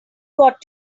got